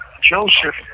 Joseph